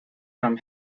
from